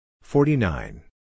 forty-nine